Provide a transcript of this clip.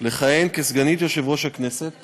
לכהן כסגנית יושב-ראש הכנסת